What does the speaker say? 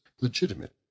legitimate